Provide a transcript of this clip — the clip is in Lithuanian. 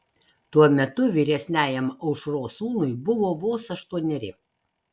tuo metu vyresniajam aušros sūnui buvo vos aštuoneri